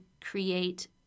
create